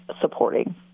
supporting